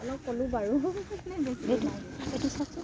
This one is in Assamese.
অলপ ক'লোঁ বাৰু এইটো চাচোন